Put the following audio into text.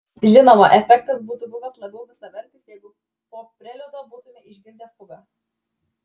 žinoma efektas būtų buvęs labiau visavertis jeigu po preliudo būtumėme išgirdę fugą